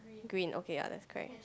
green okay ya that's correct